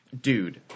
Dude